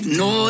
no